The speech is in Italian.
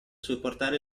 supportare